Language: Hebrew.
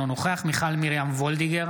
אינו נוכח מיכל מרים וולדיגר,